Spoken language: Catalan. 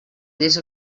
lleis